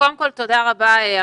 תודה רבה.